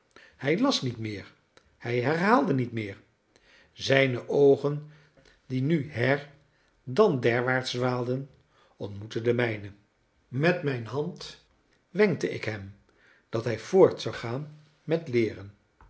hij las niet meer hij herhaalde niet meer zijne oogen die nu herdan derwaarts dwaalden ontmoetten de mijne met mijn hand wenkte ik hem dat hij voort zou gaan met leeren